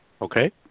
okay